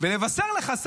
לבשר לך,